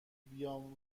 بیام